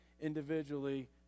individually